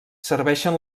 serveixen